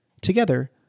Together